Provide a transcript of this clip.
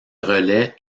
relais